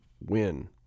win